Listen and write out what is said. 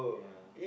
yeah